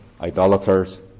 idolaters